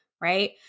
Right